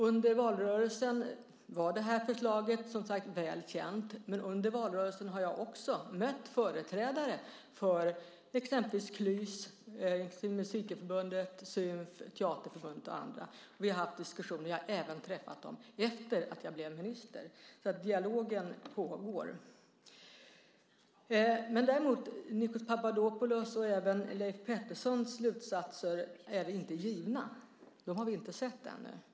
Under valrörelsen var det här förslaget väl känt. Under valrörelsen har jag också mött företrädare för exempelvis Klys, Musikerförbundet, Symf, Teaterförbundet och andra. Vi har haft diskussioner, och jag har även träffat dem efter att jag blev minister. Dialogen pågår. Nikos Papadopoulos och även Leif Petterssons slutsatser är inte givna. Vi har inte sett dem ännu.